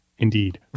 Indeed